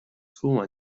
full